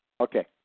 Okay